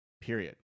period